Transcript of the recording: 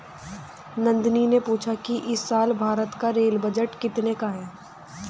नंदनी ने पूछा कि इस साल भारत का रेल बजट कितने का है?